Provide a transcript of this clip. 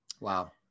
Wow